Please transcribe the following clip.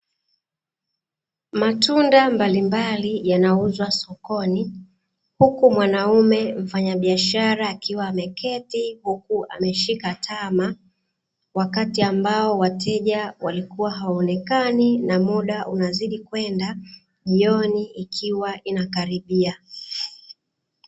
Matunda mbalimbali yanauzwa sokoni huku mwanamume mfanyabiashara akiwa ameketi, huku ameshika taama wakati, ambao wateja walikuwa hawaonekani na muda unazidi kwenda jioni ikiwa inakaribia.